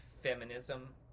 feminism